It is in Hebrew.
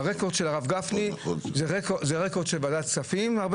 הרקורד של הרב גפני הוא רקורד של ועדת כספים הרבה